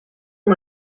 amb